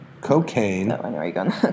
cocaine